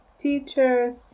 teachers